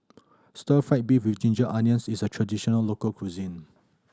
Stir Fry beef with ginger onions is a traditional local cuisine